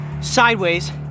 sideways